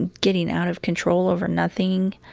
and getting out of control over nothing.